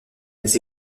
des